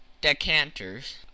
decanters